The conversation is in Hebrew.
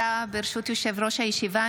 ברשות יושב-ראש הישיבה,